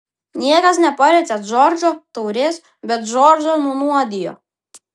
niekas nepalietė džordžo taurės bet džordžą nunuodijo